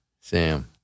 Sam